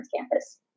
campus